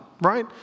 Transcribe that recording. right